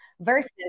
Versus